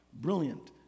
Brilliant